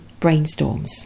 brainstorms